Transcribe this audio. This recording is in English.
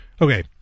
Okay